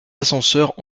ascenseurs